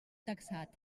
taxat